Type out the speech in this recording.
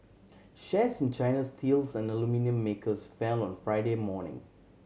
shares in China's steels and aluminium makers fell on Friday morning